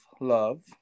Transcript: love